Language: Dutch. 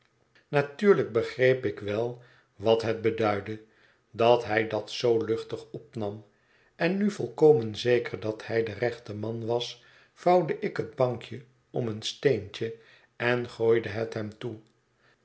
natuurlijk begreep ik wel wat het beduidde dat hij dat zoo luchtig opnam en nu volkomen zeker dat hij de rechte man was vouwde ik het bankje om een steentje en gooide het hem toe